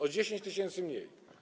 O 10 tys. mniej.